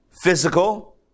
physical